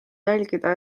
jälgida